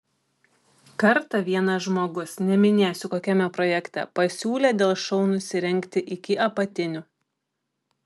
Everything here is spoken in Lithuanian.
kartą vienas žmogus neminėsiu kokiame projekte pasiūlė dėl šou nusirengti iki apatinių